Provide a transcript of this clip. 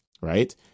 right